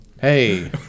Hey